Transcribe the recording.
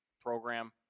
program